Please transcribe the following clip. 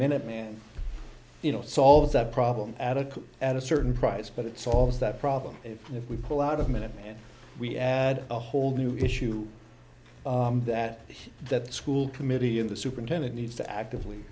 minuteman you know solves that problem at a at a certain price but it solves that problem if we pull out of minutemen we add a whole new issue that that school committee in the superintendent needs to actively